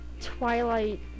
Twilight